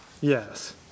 Yes